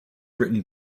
written